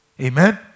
Amen